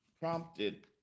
prompted